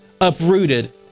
uprooted